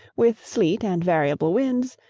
with sleet and variable winds,